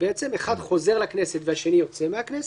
בעצם אחד חוזר לכנסת והשני יוצא מהכנסת,